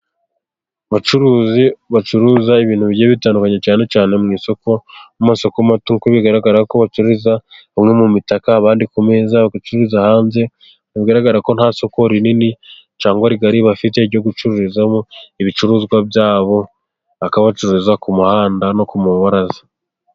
Abacuruzi bacuruza ibintu bigiye bitandukanye cyane cyane mu isoko ku masoko mato, kuko bigaragarako bacururiza bamwe mu mitaka abandi ku meza, bagacururiza hanze bigaragarako nta soko rinini cyangwa rigari bafite ryo gucururizamo ibicuruzwa byabo ,bakaba bacururiza ku muhanda no ku mabaraza.